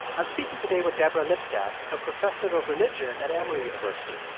i'm speaking today with deborah lipstadt, a professor of religion at emory university.